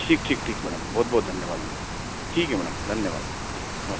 ठीक ठीक मैडम बहुत धन्यवाद मैडम ठीक है मैडम धन्यवाद जी नमस्ते